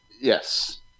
Yes